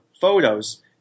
Photos